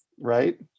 Right